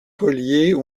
collier